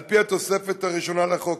על-פי התוספת הראשונה לחוק,